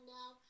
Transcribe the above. now